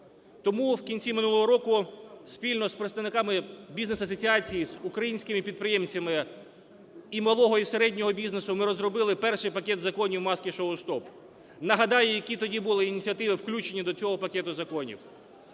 Тому в кінці минулого року спільно з представниками бізнес-асоціацій, з українськими підприємцями і малого, і середнього бізнесу ми розробили перший пакет законів "Маски-шоу стоп". Нагадаю, які тоді були ініціативи включені до цього пакету законів.